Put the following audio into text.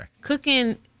Cooking